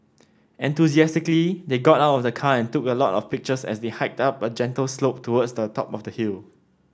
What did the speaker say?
enthusiastically they got out of the car and took a lot of pictures as they hiked up a gentle slope towards the top of the hill